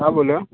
हाँ बोलिए